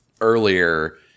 earlier